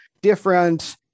different